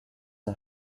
are